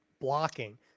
blocking